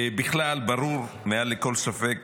בכלל, ברור מעל לכל ספק